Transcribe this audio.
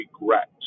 regret